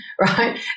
right